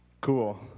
Cool